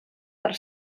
per